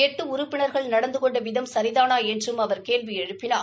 எட்டு உறுப்பினர்கள் நடந்து கொண்ட விதம் சரிதானா என்றும் அவர் கேள்வி எழுப்பினார்